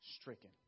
stricken